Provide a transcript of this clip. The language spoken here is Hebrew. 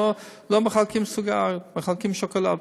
לא מחלקים סיגריות, מחלקים שוקולדים.